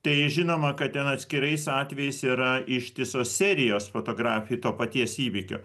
tai žinoma kad ten atskirais atvejais yra ištisos serijos fotografijų to paties įvykio